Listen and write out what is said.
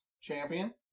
Champion